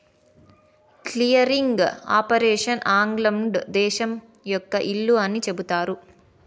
clearing operation England దేశం యొక్క ఇల్లు అని చెబుతారు